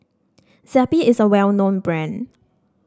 Zappy is a well known brand